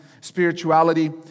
spirituality